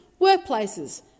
workplaces